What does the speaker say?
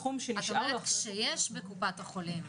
כשיש בקופת החולים.